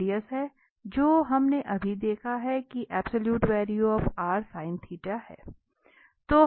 radius है जो हमने अभी देखा है कि है